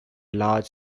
large